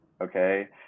okay